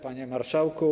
Panie Marszałku!